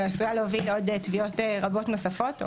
לעוד תביעות רבות נוספות,